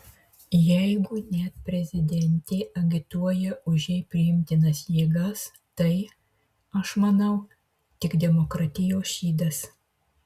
jeigu net prezidentė agituoja už jai priimtinas jėgas tai aš manau tik demokratijos šydas